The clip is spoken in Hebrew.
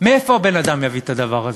מאיפה הבן-אדם יביא את הדבר הזה?